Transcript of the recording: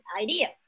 ideas